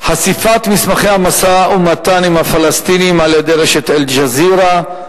חשיפת מסמכי המשא-ומתן עם הפלסטינים על-ידי רשת "אל-ג'זירה",